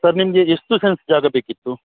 sir ನಿಮಗೆ ಎಷ್ಟು cents ಜಾಗ ಬೇಕಿತ್ತು